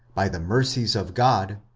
by the mercies of god,